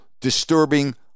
disturbing